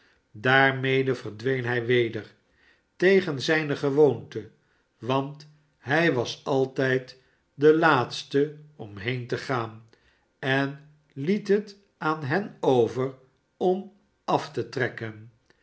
daarmede verdween hij weder tegen zijne gewoonte want hij was altijd de laatste om heen te gaan en liet het aan hen over om af te trekken